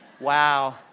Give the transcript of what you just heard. Wow